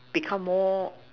become more